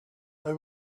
they